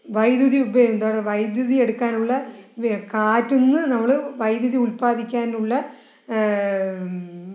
വൈദ്യുതി എന്താണ് വൈദ്യുതി എടുക്കാനുള്ള കാറ്റിൽനിന്ന് നമ്മള് വൈദ്യുതി ഉല്പാദിപ്പിക്കാനുള്ള